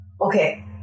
okay